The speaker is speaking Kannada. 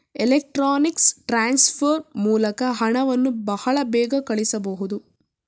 ಎಲೆಕ್ಟ್ರೊನಿಕ್ಸ್ ಟ್ರಾನ್ಸ್ಫರ್ ಮೂಲಕ ಹಣವನ್ನು ಬಹಳ ಬೇಗ ಕಳಿಸಬಹುದು